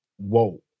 whoa